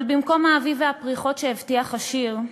אבל במקום האביב והפריחות שהבטיח השיר,